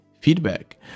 feedback